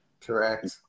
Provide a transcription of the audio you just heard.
correct